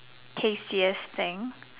tastiest thing